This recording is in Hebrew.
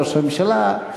ראש הממשלה,